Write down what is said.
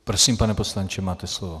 Prosím, pane poslanče, máte slovo.